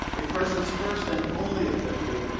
a presidents first and only objective,